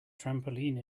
trampoline